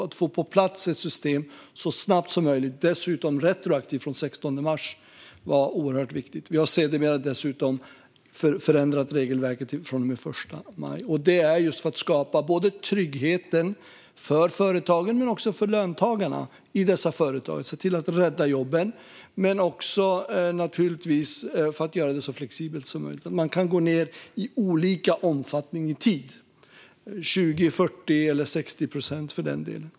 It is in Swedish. Att få ett system på plats så snabbt som möjligt och dessutom retroaktivt från den 16 mars var oerhört viktigt. Vi har sedermera dessutom förändrat regelverket från och med den 1 maj. Syftet är att skapa trygghet för både företagen och löntagarna i dessa företag och att se till att rädda jobben, men naturligtvis också att göra detta så flexibelt som möjligt. Man kan gå ned i tid i olika omfattning: 20, 40 eller 60 procent.